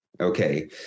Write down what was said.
Okay